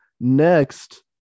Next